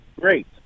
Great